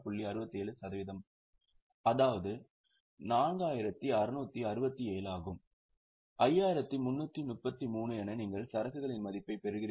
67 சதவிகிதம் அதாவது 4667 ஆகும் 5333 என நீங்கள் சரக்குகளின் மதிப்பைப் பெறுகிறீர்களா